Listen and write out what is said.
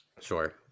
Sure